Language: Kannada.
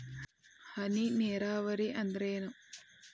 ಹನಿ ನೇರಾವರಿ ಅಂದ್ರೇನ್ರೇ?